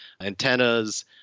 antennas